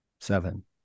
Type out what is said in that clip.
Seven